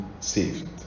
saved